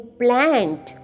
plant